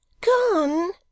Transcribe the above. Gone